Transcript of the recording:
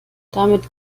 damit